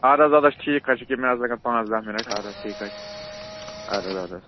اَدٕ حظ اَدٕ حظ ٹھیٖک حظ چھِ ییٚکیٛاہ مےٚ حظ لَگَن پانٛژھ داہ مِنٛٹ اَدٕ حظ ٹھیٖک حظ چھِ اَدٕ حظ اَدٕ حظ